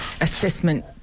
assessment